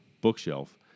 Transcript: bookshelf